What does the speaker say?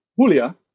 Julia